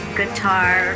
guitar